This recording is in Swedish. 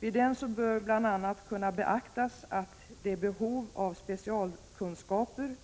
Vid denna bör bl.a. kunna beaktas att det behov av specialkunskaper